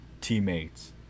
teammates